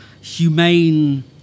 humane